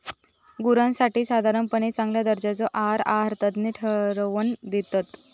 गुरांसाठी साधारणपणे चांगल्या दर्जाचो आहार आहारतज्ञ ठरवन दितत